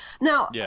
Now